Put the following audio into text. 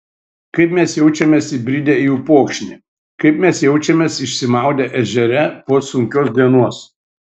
kaip mes jaučiamės įbridę į upokšnį kaip mes jaučiamės išsimaudę ežere po sunkios dienos